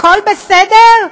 הכול בסדר?